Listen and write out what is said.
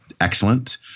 excellent